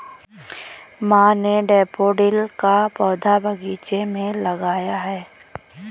माँ ने डैफ़ोडिल का पौधा बगीचे में लगाया है